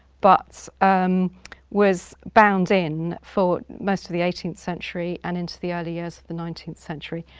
but was bound in for most of the eighteenth century and into the early years of the nineteenth century.